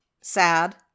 sad